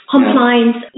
Compliance